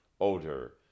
odor